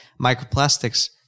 microplastics